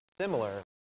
similar